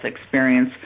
experience